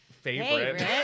favorite